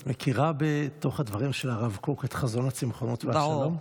את מכירה בתוך הדברים של הרב קוק את חזון הצמחונות והשלום?